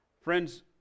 Friends